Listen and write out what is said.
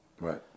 Right